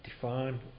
define